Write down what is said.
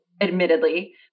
admittedly